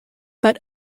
but